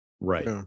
right